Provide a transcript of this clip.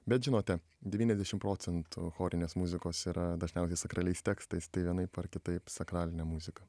bet žinote devyniasdešim procentų chorinės muzikos yra dažniausiai sakraliais tekstais tai vienaip ar kitaip sakralinė muzika